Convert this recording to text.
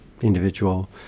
individual